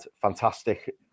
fantastic